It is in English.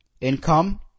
income